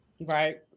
Right